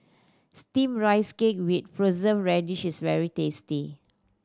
Steamed Rice Cake with Preserved Radish is very tasty